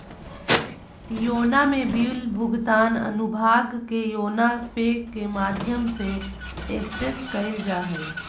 YONO में bill भुगतान अनुभाग के योनो पे के माध्यम से एक्सेस कइल जा हइ